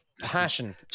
passion